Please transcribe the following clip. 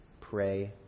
pray